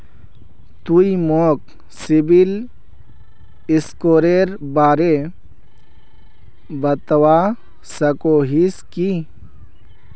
तुई मोक सिबिल स्कोरेर बारे बतवा सकोहिस कि?